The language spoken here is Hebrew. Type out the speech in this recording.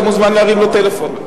אתה מוזמן להרים לו טלפון,